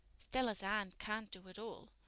stella's aunt can't do it all.